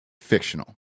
Fictional